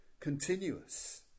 Continuous